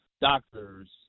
doctors